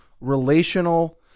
relational